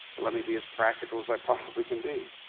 let me be as practical as i possibly can be,